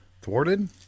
Thwarted